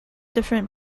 different